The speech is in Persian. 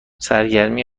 سرگرمی